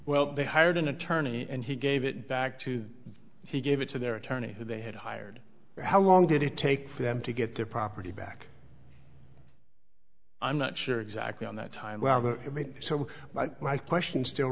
well they hired an attorney and he gave it back to he gave it to their attorney who they had hired how long did it take for them to get their property back i'm not sure exactly on that time i mean so my question still